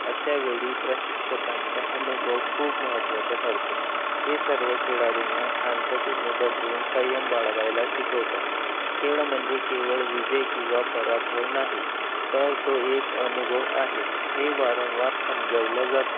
अशावेळी प्रशिक्षकांचा अनुभव खूप महत्त्वाचा ठरतो ते सर्व खेळाडूंना शांततेने बसून संय्यम बाळगायला शिकवतात खेळ म्हणजे केवळ विजय किंवा पराभव नाही तर तो एक अनुभव आहे हे वारंवार समजावलं जातं